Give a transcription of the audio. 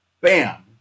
bam